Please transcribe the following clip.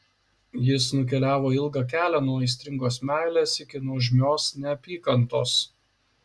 jis nukeliavo ilgą kelią nuo aistringos meilės iki nuožmios neapykantos